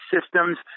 systems